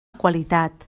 qualitat